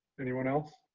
anyone else?